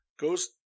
Goes